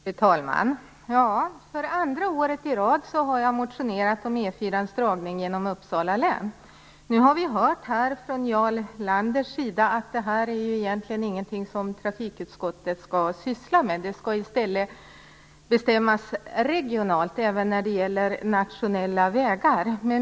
Fru talman! För andra året i rad har jag motionerat om E 4-dragningen genom Uppsala län. Vi har nu här hört av Jarl Lander att det egentligen inte är någonting som trafikutskottet skall syssla med, utan det skall i stället bestämmas regionalt, även när det gäller nationella vägar.